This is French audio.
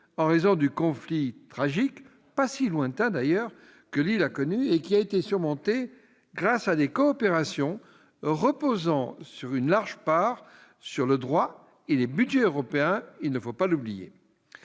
en raison du conflit tragique, pas si lointain d'ailleurs, que l'île a connu, et qui a été surmonté grâce à des coopérations reposant, pour une large part, il ne faut pas l'oublier,